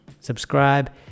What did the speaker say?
subscribe